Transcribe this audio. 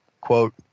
quote